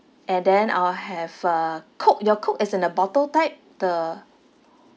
and then I'll have a coke your coke is in the bottle type the